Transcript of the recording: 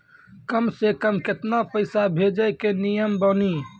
कम से कम केतना पैसा भेजै के नियम बानी?